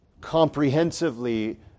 comprehensively